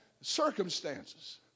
circumstances